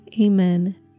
Amen